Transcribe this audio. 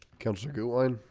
help sir good wine.